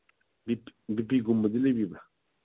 B ꯄꯤꯒꯨꯝꯕꯗꯤ ꯂꯩꯕꯤꯕ꯭ꯔꯥ